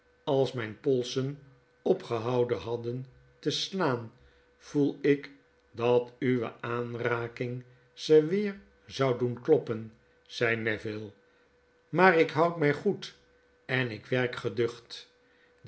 als myn polsen opgehouden hadden te slaan voel ik dat uwe aanraking ze weer zou doen kloppen zei neville maar ik houd my goed en ik werk geducht